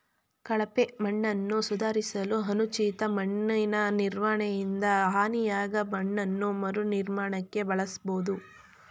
ಕಳಪೆ ಮಣ್ಣನ್ನು ಸುಧಾರಿಸಲು ಅನುಚಿತ ಮಣ್ಣಿನನಿರ್ವಹಣೆಯಿಂದ ಹಾನಿಯಾದಮಣ್ಣನ್ನು ಮರುನಿರ್ಮಾಣಕ್ಕೆ ಬಳಸ್ಬೋದು